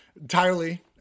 entirely